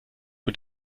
mit